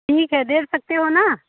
ठीक है दे सकते हो ना